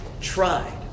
tried